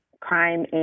crime